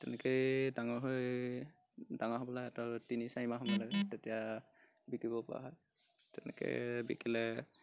তেনেকেই ডাঙৰ হৈ ডাঙৰ হ'বলৈ সিহঁতৰ তিনি চাৰিমাহ সময় লাগে তেতিয়া বিকিব পৰা হয় তেনেকৈ বিকিলে